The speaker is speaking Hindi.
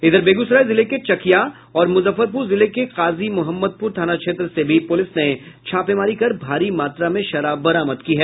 इधर बेगूसराय जिले के चकिया और मुजफ्फरपुर जिले के काजीमुहम्मदपुर थाना क्षेत्र से भी पुलिस ने छापेमारी कर भारी मात्रा में शराब बरामद की है